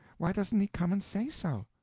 why doesn't he come and say so?